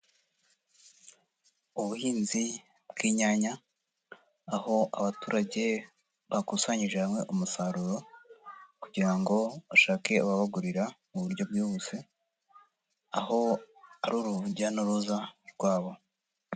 Ubuhinzi bw'inyanya, aho abaturage bakusanyije hamwe umusaruro kugira ngo bashake ababagurira mu buryo bwihuse, aho ari urujya n'uruza rwabo.